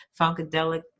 funkadelic